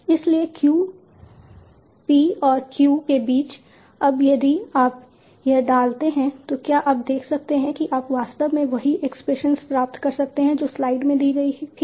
इसलिए p और q के बीच अब यदि आप यह डालते हैं तो क्या आप देख सकते हैं कि आप वास्तव में वही एक्सप्रेशन प्राप्त कर सकते हैं जो स्लाइड में दी गई थी